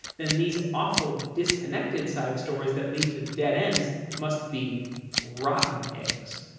then these awful, disconnected side-stories that lead to dead ends must be rotten eggs.